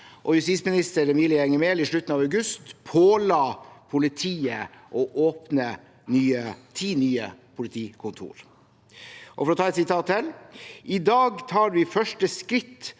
justisminister Emilie Mehl i slutten av august påla politiet å åpne ti nye politikontor. For å ta et sitat til: «I dag tar vi første skritt